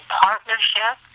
partnership